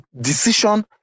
decision